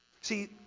See